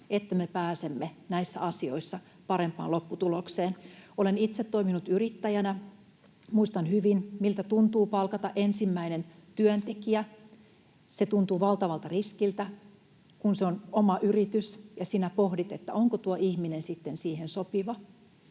että me pääsemme näissä asioissa parempaan lopputulokseen. Olen itse toiminut yrittäjänä. Muistan hyvin, miltä tuntuu palkata ensimmäinen työntekijä. Se tuntuu valtavalta riskiltä, kun se on oma yritys ja sinä pohdit, että onko tuo ihminen sitten siihen